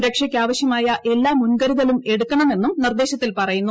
സുരക്ഷയ്ക്കാവശ്യമായ എല്ലാ മുൻകരുതലുമെടുക്കുണമെന്നും നിർദ്ദേശത്തിൽ പറയുന്നു